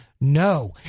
No